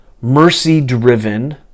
mercy-driven